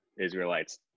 Israelites